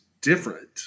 different